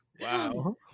Wow